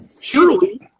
Surely